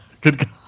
Good